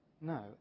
no